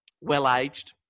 Well-aged